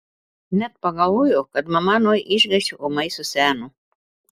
net pagalvojo kad mama nuo išgąsčio ūmai suseno